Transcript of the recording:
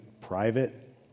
private